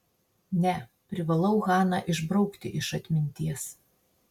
ne privalau haną išbraukti iš atminties